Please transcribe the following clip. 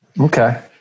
Okay